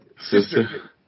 sister